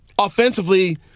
Offensively